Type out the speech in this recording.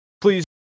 please